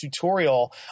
tutorial